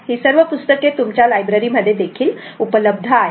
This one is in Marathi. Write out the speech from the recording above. ही सर्व पुस्तके तुमच्या लायब्ररी मध्ये देखील उपलब्ध आहेत